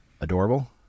adorable